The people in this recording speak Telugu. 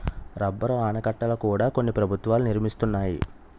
రబ్బరు ఆనకట్టల కూడా కొన్ని ప్రభుత్వాలు నిర్మిస్తున్నాయి